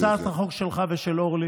אני זוכר את הצעת החוק שלך ושל אורלי